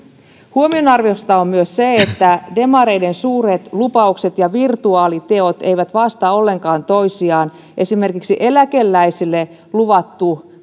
huomionarvoista on myös se että demareiden suuret lupaukset ja virtuaaliteot eivät vasta ollenkaan toisiaan esimerkiksi eläkeläisille luvattu